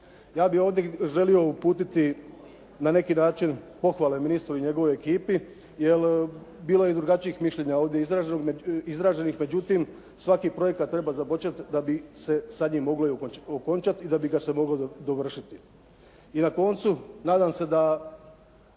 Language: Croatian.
Ja bih ovdje želio uputiti na neki način pohvale ministru i njegovoj ekipi, jer bilo je i drugačijih mišljenja ovdje izraženih, međutim svaki projekat treba započeti da bi se sa njim moglo i okončati i da bi ga se moglo dovršiti. I na koncu, nadam se da